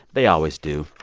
they always do.